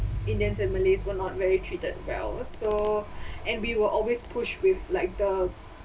indians and malays were not very treated well so and we were always push with like the